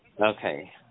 Okay